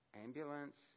ambulance